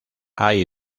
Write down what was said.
hay